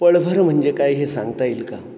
पळभर म्हणजे काय हे सांगता येईल का